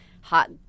hot